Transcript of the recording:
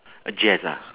uh jazz ah